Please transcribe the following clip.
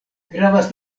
gravas